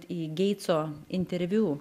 į geitso interviu